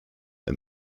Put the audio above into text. and